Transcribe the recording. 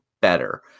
better